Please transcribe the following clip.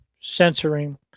censoring